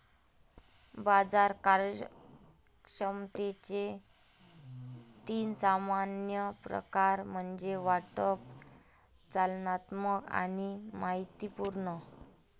बाजार कार्यक्षमतेचे तीन सामान्य प्रकार म्हणजे वाटप, प्रचालनात्मक आणि माहितीपूर्ण